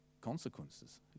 consequences